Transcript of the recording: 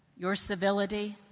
your civility,